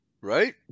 right